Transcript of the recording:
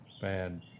Bad